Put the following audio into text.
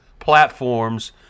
platforms